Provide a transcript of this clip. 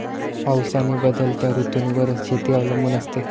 पाऊस आणि बदलत्या ऋतूंवर शेती अवलंबून असते